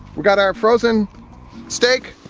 we've got our frozen steak.